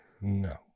No